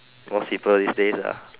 most simple these days ah